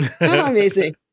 Amazing